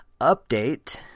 update